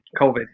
COVID